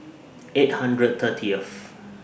eight hundred thirtieth